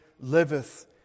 liveth